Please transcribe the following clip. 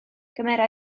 gymera